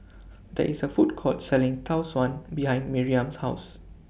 There IS A Food Court Selling Tau Suan behind Miriam's House